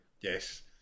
yes